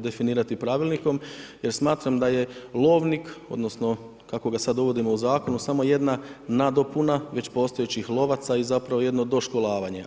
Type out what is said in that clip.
definirati Pravilnikom jer smatram da je lovnik odnosno kako ga sada uvodimo u zakonu, samo jedna nadopuna već postojećih lovaca i zapravo jedno doškolovanje.